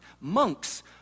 Monks